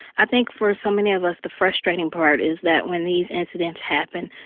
i think for so many of us, the frustrating part is that when these incidents happen,